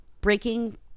breaking